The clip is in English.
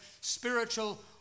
spiritual